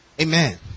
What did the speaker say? amen